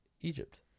Egypt